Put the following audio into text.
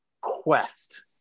quest